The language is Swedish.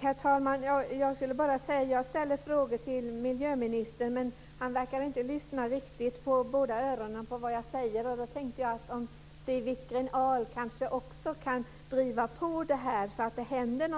Herr talman! Ja, jag ställer frågor till miljöministern men han verkar inte riktigt lyssna på båda öronen till vad jag säger. Därför tänkte jag att Siw Wittgren Ahl kanske också kunde driva på här så att något händer.